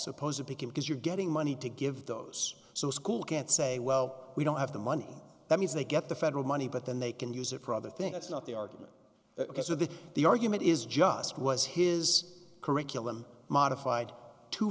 supposedly came because you're getting money to give those so school can't say well we don't have the money that means they get the federal money but then they can use it for other thing that's not the argument that because of that the argument is just was his curriculum modified too